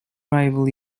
rival